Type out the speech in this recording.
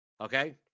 Okay